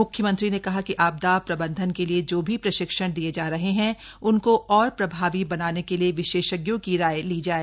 म्ख्यमंत्री ने कहा कि आपदा प्रबंधन के लिए जो भी प्रशिक्षण दिए जा रहे हैं उनको और प्रभावी बनाने के लिए विशेषज्ञों की राय ली जाए